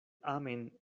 amen